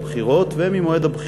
(הוראת שעה), התשע"ג